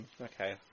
Okay